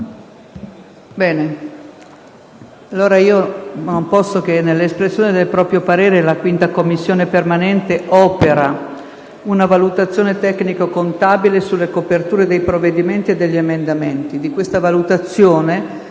Ne prendo atto. Nell'espressione del proprio parere la 5a Commissione permanente opera una valutazione tecnico-contabile sulle coperture dei provvedimenti e degli emendamenti.